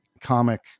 comic